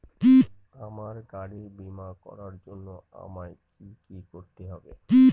আমার গাড়ির বীমা করার জন্য আমায় কি কী করতে হবে?